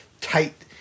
tight